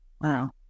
Wow